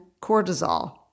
cortisol